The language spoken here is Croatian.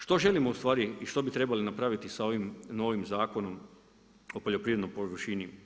Što želim u stvari i što bi trebali napraviti sa ovim novim zakonom o poljoprivrednoj površini.